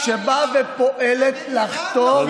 בבקשה.